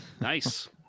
Nice